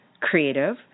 creative